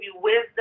wisdom